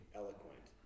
eloquent